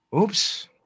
oops